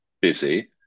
busy